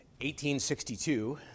1862